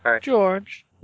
George